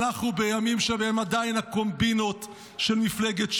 אנחנו בימים שבהם עדיין הקומבינות של מפלגת ש"ס,